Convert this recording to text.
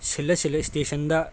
ꯁꯤꯜꯂ ꯁꯤꯜꯂꯒ ꯁ꯭ꯇꯦꯁꯟꯗ